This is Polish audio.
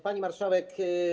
Pani Marszałek!